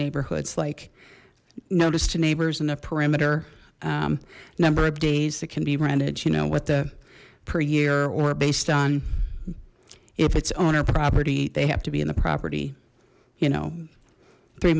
neighborhoods like notice two neighbors and a perimeter number of days that can be rented you know what the per year or based on if it's owner property they have to be in the property you know three